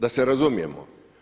Da se razumijemo.